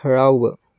ꯍꯔꯥꯎꯕ